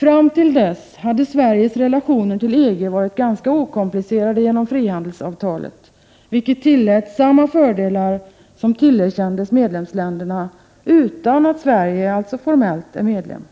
Fram till dess hade Sveriges relationer till EG varit ganska okomplicerade genom frihandelsavtalet, vilket tillät samma fördelar som tillerkändes medlemsländerna, utan att Sverige formellt är medlem.